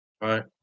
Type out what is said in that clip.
Right